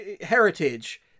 heritage